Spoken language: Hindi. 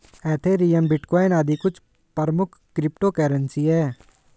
एथेरियम, बिटकॉइन आदि कुछ प्रमुख क्रिप्टो करेंसी है